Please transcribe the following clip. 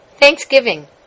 Thanksgiving